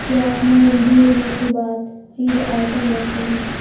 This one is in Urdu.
کیا آپ میرینڈیز مشروبات چیز آئٹم رکھتے ہیں